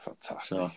Fantastic